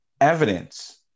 evidence